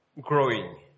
growing